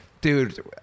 dude